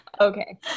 Okay